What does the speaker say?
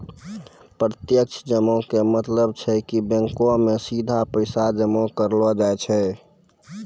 प्रत्यक्ष जमा के मतलब छै कि बैंको मे सीधा पैसा जमा करलो जाय छै